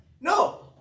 No